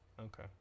Okay